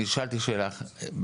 אני שאלתי שאלה אחרת.